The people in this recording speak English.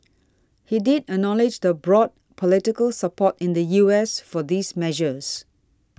he did acknowledge the broad political support in the U S for these measures